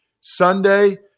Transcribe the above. Sunday